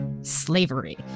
slavery